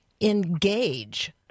engage